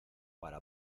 para